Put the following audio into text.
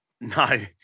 No